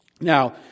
Now